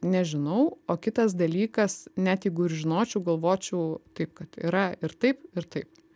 nežinau o kitas dalykas net jeigu ir žinočiau galvočiau taip kad yra ir taip ir taip